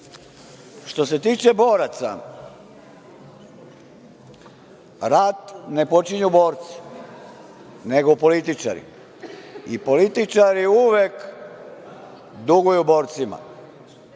se tiče boraca, rat ne počinju borci, nego političari i političari uvek duguju borcima,